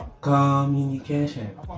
Communication